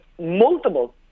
multiple